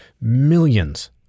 millions